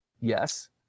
Yes